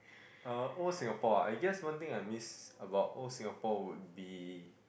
uh old Singapore ah I guess one thing I miss about old Singapore would be